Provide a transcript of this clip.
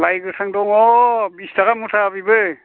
लाय गोथां दङ बिस थाखा मुथा बिबो